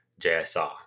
JSR